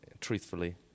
truthfully